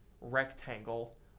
rectangle